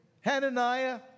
Hananiah